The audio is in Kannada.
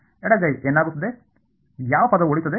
ಎಡಗೈ ಏನಾಗುತ್ತದೆ ಯಾವ ಪದವು ಉಳಿಯುತ್ತದೆ